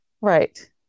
Right